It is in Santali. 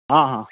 ᱦᱚᱸ ᱦᱚᱸ